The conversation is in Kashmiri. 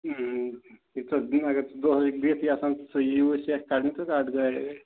یہِ ژٕ اَگر ژٕ دۄہَس چھُکھ بِہتھٕے آسان ژٕ یہِ یوٗرۍ سٮ۪کھ کڈنہِ تہٕ کتھ گاڑِ آیہِ